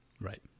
Right